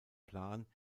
plan